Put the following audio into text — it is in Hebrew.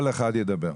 כל אחד ידבר.